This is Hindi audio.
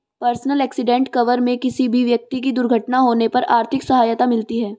पर्सनल एक्सीडेंट कवर में किसी भी व्यक्ति की दुर्घटना होने पर आर्थिक सहायता मिलती है